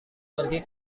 pergi